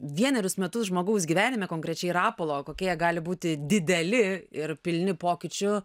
vienerius metus žmogaus gyvenime konkrečiai rapolo kokie gali būti dideli ir pilni pokyčių